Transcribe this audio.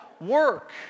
work